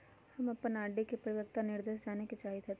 हम अपन आर.डी के परिपक्वता निर्देश जाने के चाहईत हती